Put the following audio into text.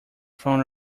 front